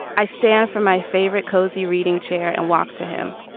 i stand for my favorite cozy reading chair and walk to him.